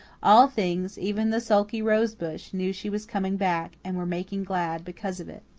all things, even the sulky rose-bush, knew she was coming back, and were making glad because of it.